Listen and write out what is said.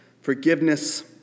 forgiveness